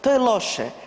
To je loše.